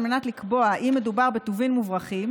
על מנת לקבוע אם מדובר בטובין מוברחים,